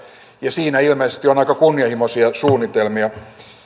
ja siinä ilmeisesti on aika kunnianhimoisia suunnitelmia